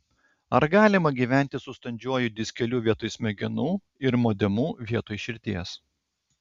ar galima gyventi su standžiuoju diskeliu vietoj smegenų ir modemu vietoj širdies